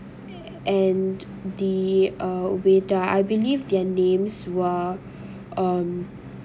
and the uh waiter I believe their names were um